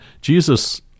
Jesus